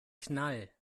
knall